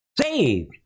save